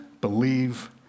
believe